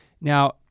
Now